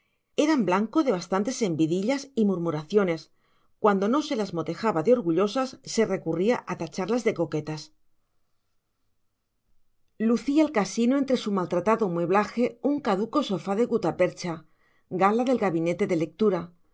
eran blanco de bastantes envidillas y murmuraciones cuando no se las motejaba de orgullosas se recurría a tacharlas de coquetas lucía el casino entre su maltratado mueblaje un caduco sofá de gutapercha gala del gabinete de lectura